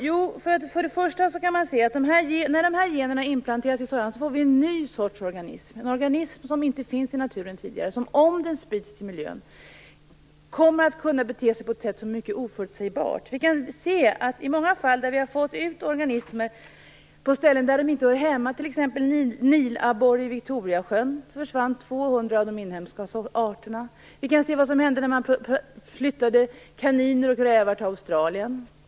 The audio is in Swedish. Jo, först och främst kan vi se, att när dessa gener planteras in i sojan blir det en ny sorts organism, som inte finns i naturen tidigare och som om den sprids till miljön kommer att kunna bete sig på ett mycket oförutsägbart sätt. Vi kan se vad som har hänt i många fall där organismer har kommit ut på ställen där de inte hör hemma. Det gäller t.ex. nilabborren i Victoriasjön, där 200 av de inhemska arterna försvann. Vi kan se vad som hände när man flyttade kaniner och rävar till Australien.